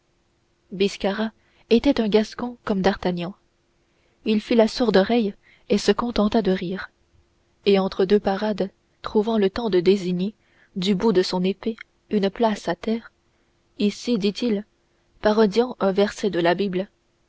biscarat était un gascon comme d'artagnan il fit la sourde oreille et se contenta de rire et entre deux parades trouvant le temps de désigner du bout de son épée une place à terre ici dit-il parodiant un verset de la bible